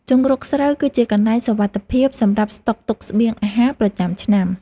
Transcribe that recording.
ជង្រុកស្រូវគឺជាកន្លែងសុវត្ថិភាពសម្រាប់ស្តុកទុកស្បៀងអាហារប្រចាំឆ្នាំ។